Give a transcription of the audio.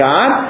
God